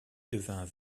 devint